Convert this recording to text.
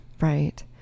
Right